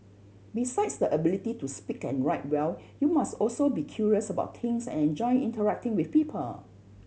besides the ability to speak and write well you must also be curious about things and enjoy interacting with people